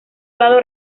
lado